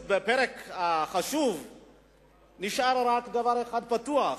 בפרק החשוב נשאר רק דבר אחד פתוח,